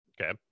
Okay